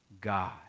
God